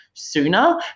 sooner